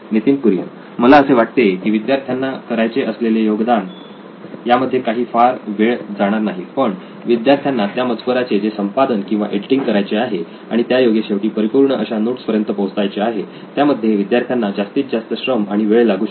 नितीन कुरियन मला असे वाटते की विद्यार्थ्यांना करायचे असलेले योगदान यामध्ये काही फार वेळ जाणार नाही पण विद्यार्थ्यांना त्या मजकुराचे जे संपादन किंवा एडिटिंग करायचे आहे आणि त्यायोगे शेवटी परिपूर्ण अशा नोट्स पर्यंत पोहोचायचे आहे त्यामध्ये विद्यार्थ्यांना जास्तीत जास्त श्रम आणि वेळ लागू शकतो